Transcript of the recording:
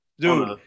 Dude